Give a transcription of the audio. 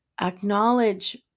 acknowledge